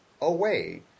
away